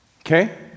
okay